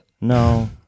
No